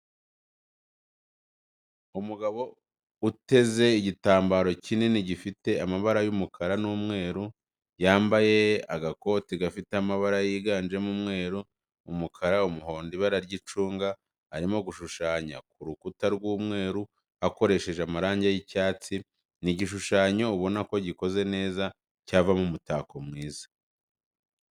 Umugabo uteze igitambaro kinini gifite amabara y'umukara n'umweru yamabaye agakoti gafite amabara yiganjemo umweru, umukara, umuhondo, ibara ry'icunga, arimo gushushanya ku rukuta rw'umweru akoresheje amarangi y'icyatsi, ni igishushanyo ubona ko gikoze neza cyavamo umutako mwiza.